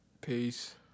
Peace